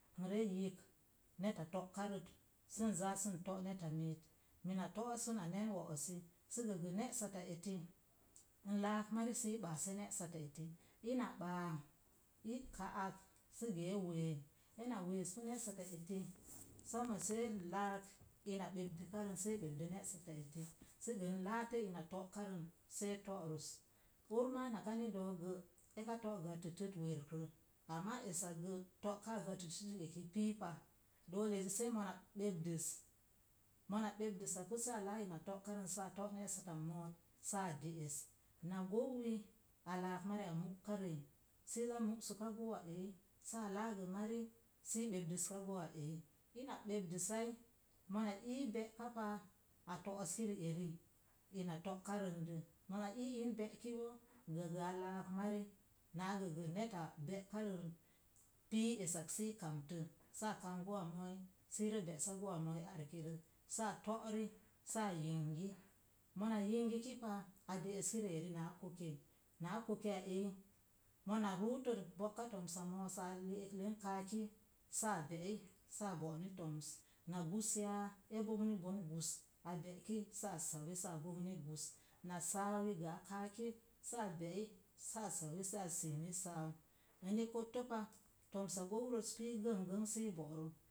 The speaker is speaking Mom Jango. N ree yik neta to'karət sən zaa sən to’ neta miit. mina to'os səna nən we'osi, sə gəgə ne̱'satta eti n laa mari sə ɓaase ne̱'satta eti. ina ɓaa, i ka'ak səgə e wee. Ena weesapu ne̱'satta eti somo see laak ina ɓepdəkrən see ɓepdə ne̱'satti eti səgə n laatə ina to’ karən see to’. Ur maa naka ni do̱o̱kgə eka to’ gatətət werkrə. Ama esak gə to’ kaa gatətwi eki pii pa. Dootezi sei mona ɓepdəz, mona ɓepdəsapu saa laa de'es. Na gouwi a laak mariya múkarəi. iza músəka gouwa reei, saa laagə mari sii ɓepdəsaka gouwa reei. Ina ɓepdəsai, mona ii be'ka pa a to'oski ri'eri. ina to’ karəndə. Mona ii in be'ki boo gəgəa laak mari, na gəgə neta be'karət pii esak sii kamtə saa kamp gouswa mo̱o̱i, sii re be'sa gouwa mo̱o̱i arkirə saa to'ri saa yingi. Mona yingiki pa, a de'eski ri’ eri naa koke. Naa kokeya eiyi mona ruuto bo̱'ka to̱msa moosə a le'eka len kaaki saa be'i saa bo̱ni toms. Na gus yaa, e bogni bon gus, a be'ki saa sawi saa bogni gus. Na sawi gə a kaaki saa be'i saa sawi saa siini saau. Eni kotto pa, to̱msa gourəs pii gənŋgənŋ sii bo̱'rə.